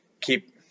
keep